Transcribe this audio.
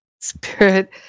Spirit